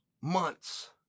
months